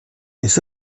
les